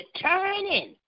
turning